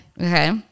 Okay